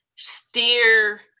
steer